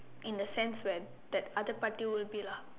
in the sense where that other party will be lah